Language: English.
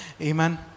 Amen